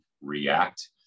react